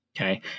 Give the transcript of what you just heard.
Okay